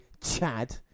Chad